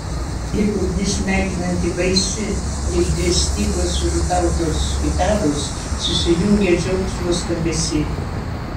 lyg ugnis naikinanti baisi lyg dvi stygos užgautos gitaros susijungę džiaugsmo skambesy